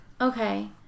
Okay